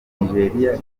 nigeria